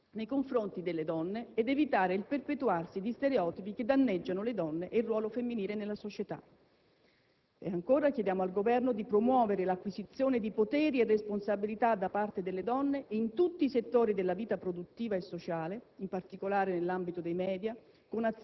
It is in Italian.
nei confronti delle donne ed evitare il perpetuarsi di stereotipi che danneggiano le donne e il ruolo femminile nella società; e ancora, chiediamo al Governo di promuovere l'acquisizione di poteri e responsabilità da parte delle donne in tutti i settori della vita produttiva e sociale, in particolare nell'ambito dei *media*,